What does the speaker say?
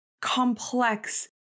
complex